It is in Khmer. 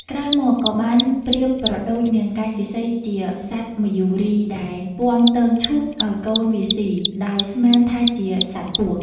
ក្រោយមកក៏បានប្រៀបប្រដូចនាងកៃកេសីជាសត្វមយូរីដែល ពាំទងឈូកឱ្យកូនវាស៊ី ដោយស្មានថាជាសត្វពស់។